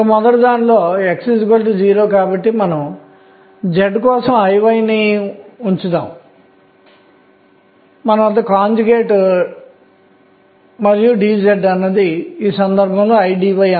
కాబట్టి దీనిని అఫ్బౌ సూత్రం అంటారు దీనిని ఆవర్తన పట్టికలో గరిష్టంగా పెద్ద సంఖ్యలో పరమాణువులు అనుసరిస్తాయి మరియు ఈ విధంగా స్థాయిలు నింపబడతాయి